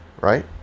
right